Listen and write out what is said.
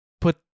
put